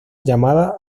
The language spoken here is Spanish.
llamada